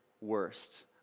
worst